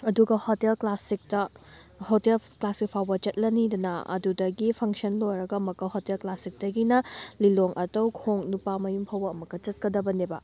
ꯑꯗꯨꯒ ꯍꯣꯇꯦꯜ ꯀ꯭ꯂꯥꯁꯤꯛꯇ hotel classic ꯐꯥꯎꯕ ꯆꯠꯂꯅꯤꯗꯅ ꯑꯗꯨꯗꯒꯤ ꯐꯪꯁꯟ ꯂꯣꯏꯔꯒ ꯑꯃꯨꯛꯀ ꯍꯣꯇꯦꯜ ꯀ꯭ꯂꯥꯁꯤꯛꯇꯒꯤꯅ ꯂꯤꯂꯣꯡ ꯑꯇꯧꯈꯣꯡ ꯅꯨꯄꯥ ꯃꯌꯨꯝ ꯐꯥꯎꯕ ꯑꯃꯨꯛꯀ ꯆꯠꯀꯗꯕꯅꯦꯕ